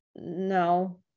No